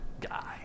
guy